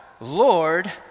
Lord